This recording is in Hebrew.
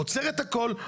עוצרת את הכל,